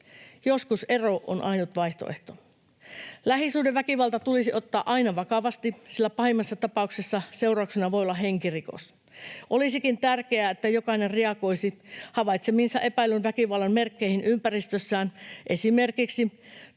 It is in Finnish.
Joskus ero on ainut vaihtoehto. Lähisuhdeväkivalta tulisi ottaa aina vakavasti, sillä pahimmassa tapauksessa seurauksena voi olla henkirikos. Olisikin tärkeää, että jokainen reagoisi havaitsemiinsa epäillyn väkivallan merkkeihin ympäristössään — esimerkiksi